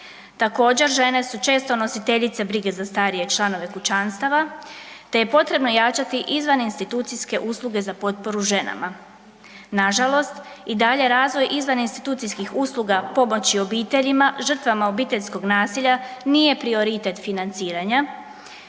Također žene su često nositeljice brige za starije članove kućanstava, te je potrebno jačati izvan institucijske usluge za potporu ženama. Nažalost i dalje razvoj izvan institucijskih usluga pomoći obiteljima, žrtvama obiteljskog nasilja, nije prioritet financiranja